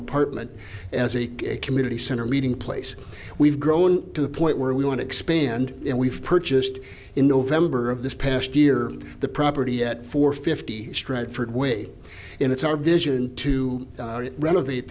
apartment as a community center meeting place we've grown to the point where we want to expand and we've purchased in november of this past year the property at four fifty stratford way and it's our vision to renovate